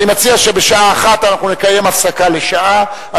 אני מציע שבשעה 13:00 נקיים הפסקה לשעה על